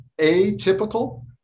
atypical